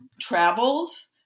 travels